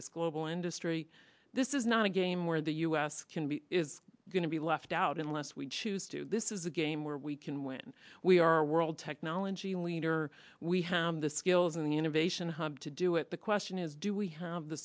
this global industry this is not a game where the u s can be is going to be left out unless we choose to this is a game where we can when we are world technology leader we have the skills and the innovation hub to do it the question is do we have the